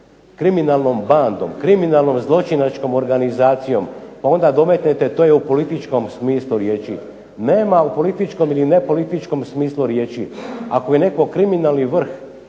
kriminalnom bandom, kriminalnom zločinačkom organizacijom. Pa onda dometnete to je u političkom smislu riječi. Nema u političkom ili nepolitičkom smislu riječi. Ako je netko kriminalni vrh